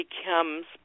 becomes